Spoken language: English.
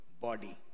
body